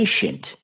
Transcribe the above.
patient